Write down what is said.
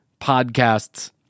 podcasts